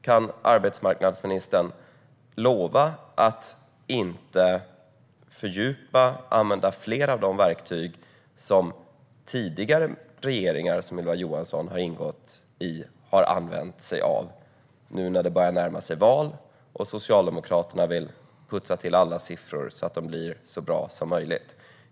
Kan arbetsmarknadsministern lova att inte använda fler av de verktyg som tidigare regeringar som Ylva Johansson har ingått i har använt sig av, nu när valet börjar närma sig och Socialdemokraterna vill putsa till alla siffror, så att de blir så bra som möjligt?